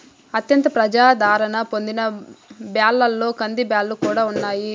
అత్యంత ప్రజాధారణ పొందిన బ్యాళ్ళలో కందిబ్యాల్లు కూడా ఉన్నాయి